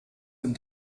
dem